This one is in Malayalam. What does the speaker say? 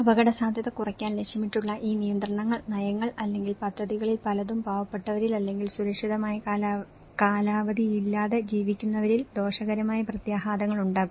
അപകടസാധ്യത കുറയ്ക്കാൻ ലക്ഷ്യമിട്ടുള്ള ഈ നിയന്ത്രണങ്ങൾ നയങ്ങൾ അല്ലെങ്കിൽ പദ്ധതികളിൽ പലതും പാവപ്പെട്ടവരിൽ അല്ലെങ്കിൽ സുരക്ഷിതമായ കാലാവധിയില്ലാതെ ജീവിക്കുന്നവരിൽ ദോഷകരമായ പ്രത്യാഘാതങ്ങൾ ഉണ്ടാക്കും